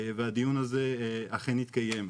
והדיון הזה אכן התקיים.